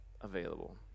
available